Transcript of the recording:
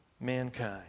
mankind